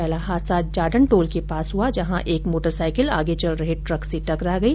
पहला हादसा जाडन टोल के पास हुआ जहां एक मोटरसाइकिल आगे चल रहे ट्रक से टकरा गई